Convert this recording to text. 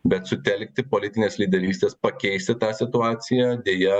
bet sutelkti politinės lyderystės pakeisti tą situaciją deja